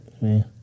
man